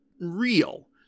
real